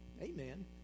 Amen